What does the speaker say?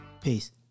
Peace